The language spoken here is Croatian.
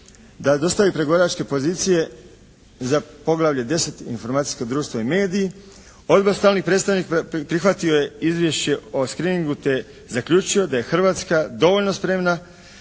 da dostavi pregovaračke pozicije za poglavlje 10. – informacijsko društvo i mediji. Odbor stalnih predstavnika prihvatio je izvješće o screeningu, te zaključio da je Hrvatska dovoljno spremna